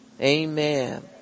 Amen